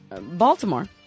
Baltimore